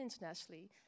internationally